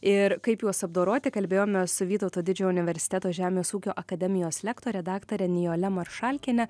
ir kaip juos apdoroti kalbėjome su vytauto didžiojo universiteto žemės ūkio akademijos lektore daktare nijole maršalkiene